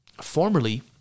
Formerly